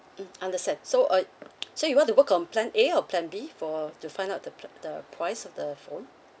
mm understand so uh so you want to work on plan A or plan B for to find out the pl~ the price of the phone